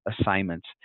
assignments